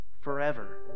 forever